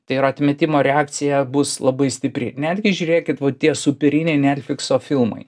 tai yra atmetimo reakcija bus labai stipri netgi žiūrėkit va tie superiniai netflikso filmai